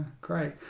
great